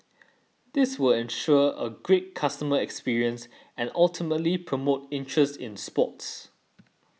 this will ensure a great customer experience and ultimately promote interest in sports